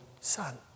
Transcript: son